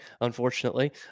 unfortunately